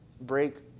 break